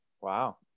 Wow